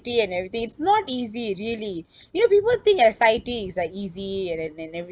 and everything it's not easy really you know people think S_I_T is like easy and and and everything